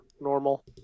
normal